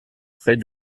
prêt